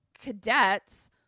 cadets